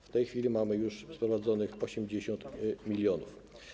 W tej chwili mamy już sprowadzonych 80 mln.